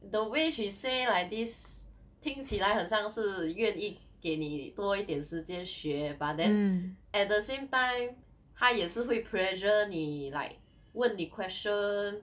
the way she say like this 听起来很像是愿意给你多一点时间学 but then at the same time 他也是会 pressure 你 like 问你 question